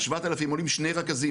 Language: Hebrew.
על 7,000 עולים שני רכזים.